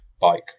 bike